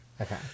Okay